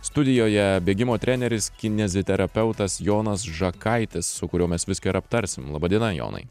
studijoje bėgimo treneris kineziterapeutas jonas žakaitis su kuriuo mes viską ir aptarsim laba diena jonai